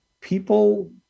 people